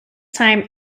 time